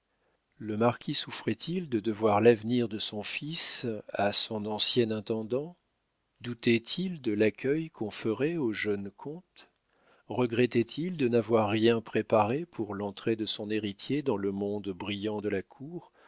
le marquis souffrait il de devoir l'avenir de son fils à son ancien intendant doutait il de l'accueil qu'on ferait au jeune comte regrettait il de n'avoir rien préparé pour l'entrée de son héritier dans le monde brillant de la cour